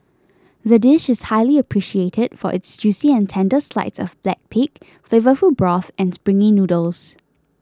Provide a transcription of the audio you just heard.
the dish is highly appreciated for its juicy and tender slides of black pig flavourful broth and springy noodles